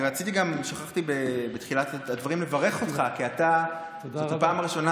שכחתי בתחילת הדברים לברך אותך כי זו הפעם הראשונה,